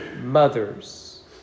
mothers